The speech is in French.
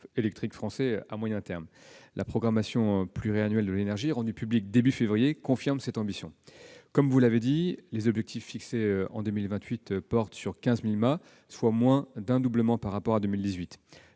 électrique français à moyen terme. Le projet de programmation pluriannuelle de l'énergie, rendu public au début de 2019, confirme cette ambition. Vous l'avez indiqué, les objectifs fixés pour 2028 portent sur 15 000 mâts, soit moins d'un doublement par rapport à 2018.